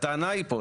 הטענה פה,